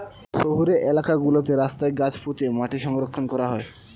শহুরে এলাকা গুলোতে রাস্তায় গাছ পুঁতে মাটি সংরক্ষণ করা হয়